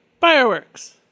fireworks